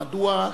או מדוע,